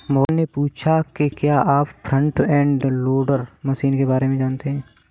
मोहन ने पूछा कि क्या आप फ्रंट एंड लोडर मशीन के बारे में जानते हैं?